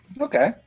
okay